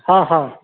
हँ हँ